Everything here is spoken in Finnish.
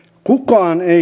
kukaan ei